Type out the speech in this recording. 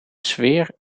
sfeer